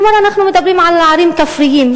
כלומר, אנחנו מדברים על ערים כפריות,